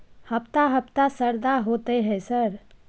हफ्ता हफ्ता शरदा होतय है सर?